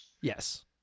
Yes